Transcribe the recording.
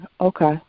Okay